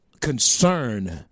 concern